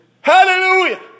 hallelujah